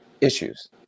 issues